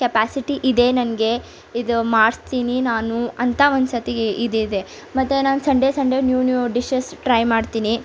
capacity ಇದೆ ನನಗೆ ಇದು ಮಾಡಿಸ್ತೀನಿ ನಾನು ಅಂತ ಒಂದು ಸರತಿ ಇದಿದೆ ಮತ್ತೆ ನಾನು Sunday Sunday new new dishes try ಮಾಡ್ತೀನಿ